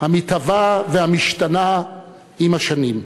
המתהווה והמשתנה עם השנים.